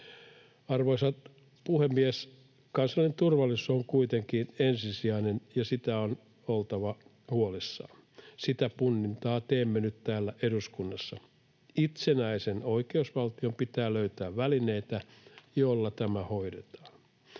Arvoisa puhemies! Kansallinen turvallisuus on kuitenkin ensisijainen, ja siitä on oltava huolissaan. Sitä punnintaa teemme nyt täällä eduskunnassa. Itsenäisen oikeusvaltion pitää löytää välineitä, joilla tämä hoidetaan.